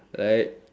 right